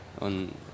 on